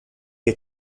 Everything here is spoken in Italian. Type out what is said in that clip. che